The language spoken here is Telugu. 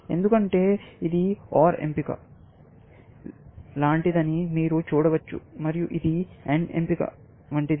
ఎందుకంటే ఇది OR ఎంపిక లాంటిదని మీరు చూడవచ్చు మరియు ఇది AND ఎంపిక వంటిది